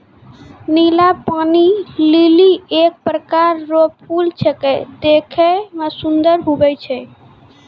नीला पानी लीली एक प्रकार रो फूल छेकै देखै मे सुन्दर हुवै छै